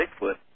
Bigfoot